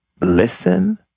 listen